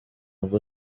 bwo